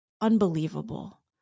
unbelievable